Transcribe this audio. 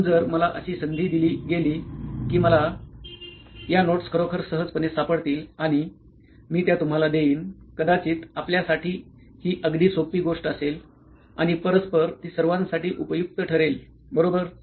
म्हणून जर मला अशी संधी दिली गेली की मला या नोट्स खरोखर सहजपणे सापडतील आणि मी त्या तुम्हाला देईन कदाचित आपल्यासाठी ही अगदी सोपी गोष्ट असेल आणि परस्पर ती सर्वांसाठी उपयुक्त ठरेल बरोबर